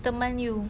teman you